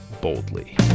boldly